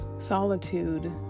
solitude